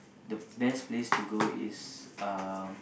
the best place to go is um